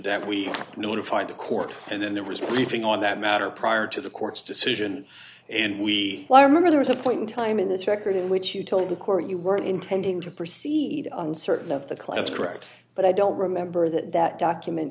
that we notified the court and then there was a briefing on that matter prior to the court's decision and we remember there was a point in time in this record in which you told the court you weren't intending to proceed on certain of the client's correct but i don't remember that that document